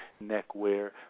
neckwear